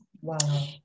Wow